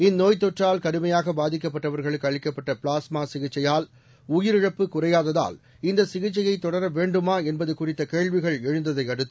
இந்நோய்த் தொற்றால் கடுமையாக பாதிக்கப்பட்டவர்களுக்கு அளிக்கப்பட்ட பிளாஸ்மா சிகிச்சையால் உயிரிழப்பு குறையாததால் இந்த சிகிச்சையை தொடர வேண்டுமா என்பது குறித்த கேள்விகள் எழுந்ததை அடுத்து